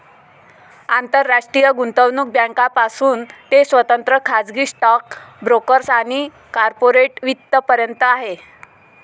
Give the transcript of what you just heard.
आंतरराष्ट्रीय गुंतवणूक बँकांपासून ते स्वतंत्र खाजगी स्टॉक ब्रोकर्स आणि कॉर्पोरेट वित्त पर्यंत आहे